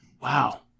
Wow